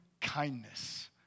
kindness